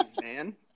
man